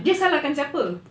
dia salahkan siapa